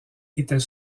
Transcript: était